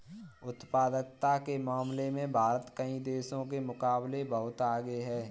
उत्पादकता के मामले में भारत कई देशों के मुकाबले बहुत आगे है